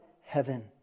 heaven